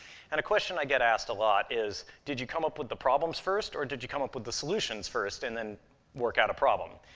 and a question i get asked a lot is, did you come up with the problems first, or did you come up with the solutions first and then work out a problem?